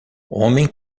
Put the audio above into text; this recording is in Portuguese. homem